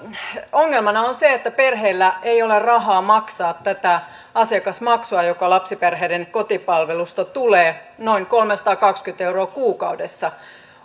ongelmana on on se että perheillä ei ole rahaa maksaa tätä asiakasmaksua joka lapsiperheiden kotipalvelusta tulee noin kolmesataakaksikymmentä euroa kuukaudessa